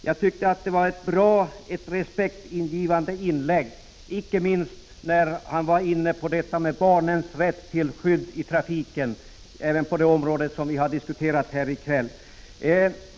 Jag tyckte att hans inlägg var bra och respektingivande, icke minst då han talade om barnens rätt till skydd i trafiken även på det område som vi har diskuterat här i kväll.